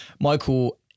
Michael